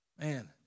Man